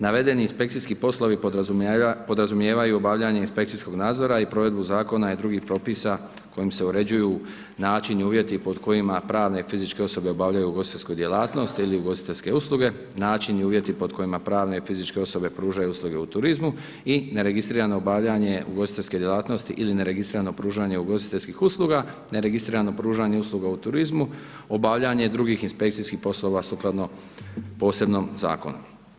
Navedeni inspekcijski poslovi podrazumijevaju obavljanje inspekcijskog nadzora i provedbu Zakona i drugih propisa kojim se uređuju način i uvjeti pod kojima pravne i fizičke osobe obavljaju ugostiteljsku djelatnost ili ugostiteljske usluge, način i uvjeti pod kojima pravne i fizičke osobe pružaju usluge u turizmu i neregistrirano obavljanje ugostiteljske djelatnosti ili neregistrirano pružanje ugostiteljskih usluga, neregistrirano pružanje usluga u turizmu, obavljanje drugih inspekcijskih poslova sukladno posebnom Zakonu.